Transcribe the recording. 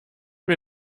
mir